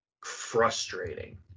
frustrating